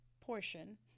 portion